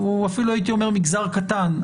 הוא אפילו הייתי אומר מגזר קטן,